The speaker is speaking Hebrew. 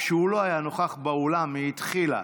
כשהוא לא היה נוכח באולם היא התחילה.